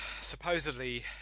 supposedly